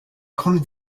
grande